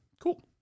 Cool